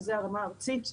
וזו הרמה הארצית.